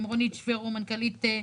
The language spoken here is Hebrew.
עם רונית שבירו המנכ"לית,